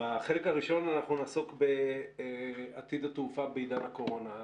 בחלק הראשון אנחנו נעסוק בעתיד התעופה בעידן הקורונה.